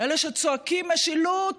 אלה שצועקים: משילות,